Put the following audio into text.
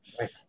Right